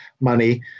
money